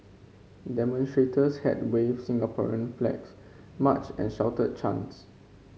demonstrators had waved Singaporean flags marched and shouted chants